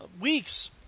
weeks